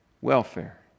welfare